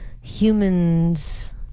humans